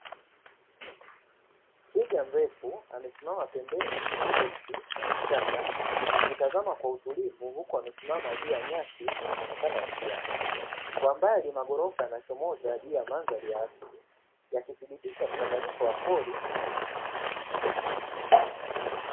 Twiga mrefu amesimama pembeni ya miti na vichaka, akitazama kwa utulivu huku amesimama juu ya nyasi yenye mwonekano wa kijani, kwa mbali magorofa yanachomoza juu ya mandhari ya asili yakithibitisha mchanganyiko wa pori na miji.